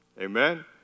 Amen